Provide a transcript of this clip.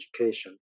education